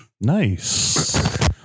Nice